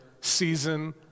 season